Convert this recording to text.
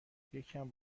یکم